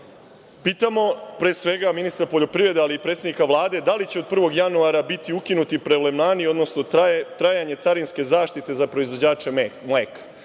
pre svega ministra poljoprivrede, ali i predsednika Vlade, da li će od 1. januara biti ukinuti prelevmani, odnosno trajanje carinske zaštite za proizvođače mleka?